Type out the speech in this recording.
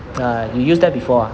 ah you use that before ah